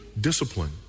discipline